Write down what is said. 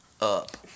up